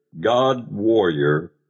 God-warrior